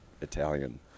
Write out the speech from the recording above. Italian